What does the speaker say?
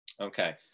Okay